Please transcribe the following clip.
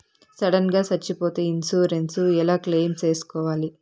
Sudden గా సచ్చిపోతే insurance ఎలా క్లెయిమ్ సేసుకోవాలి?